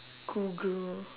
google